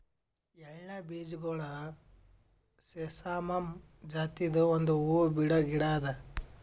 ಎಳ್ಳ ಬೀಜಗೊಳ್ ಸೆಸಾಮಮ್ ಜಾತಿದು ಒಂದ್ ಹೂವು ಬಿಡೋ ಗಿಡ ಅದಾ